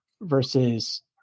versus